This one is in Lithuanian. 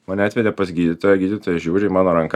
mane atvedė pas gydytoją gydytojas žiūri į mano ranką